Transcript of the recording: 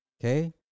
Okay